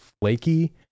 flaky